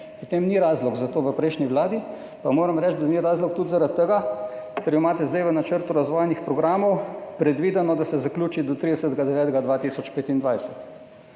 potem ni razlog za to v prejšnji vladi, pa moram reči, da ni razlog tudi zaradi tega, ker imate zdaj v načrtu razvojnih programov predvideno, da se zaključi do 30.